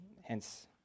hence